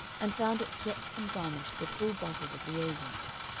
and found it swept and garnished with full bottles of re-agents.